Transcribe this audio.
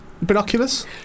binoculars